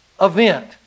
event